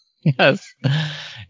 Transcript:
yes